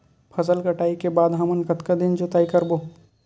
फसल कटाई के बाद हमन कतका दिन जोताई करबो?